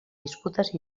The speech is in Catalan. disputes